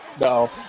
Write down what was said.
No